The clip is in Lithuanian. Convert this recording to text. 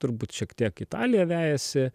turbūt šiek tiek italija vejasi